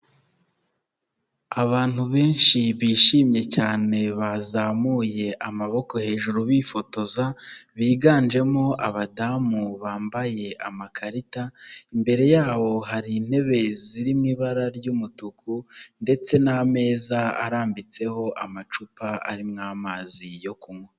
Abantu benshi bishimye cyane bazamuye amaboko hejuru bifotoza, biganjemo abadamu bambaye amakarita, imbere yabo hari intebe ziri mu ibara ry'umutuku ndetse n'ameza arambitseho amacupa arimo amazi yo kunywa.